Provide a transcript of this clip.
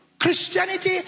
Christianity